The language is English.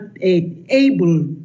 able